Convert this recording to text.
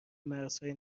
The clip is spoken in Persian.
مرزهای